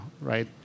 right